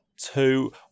two